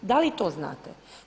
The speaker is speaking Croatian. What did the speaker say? Da li to znate?